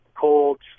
colds